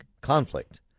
conflict